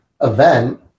event